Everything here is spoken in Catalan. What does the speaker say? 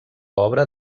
obra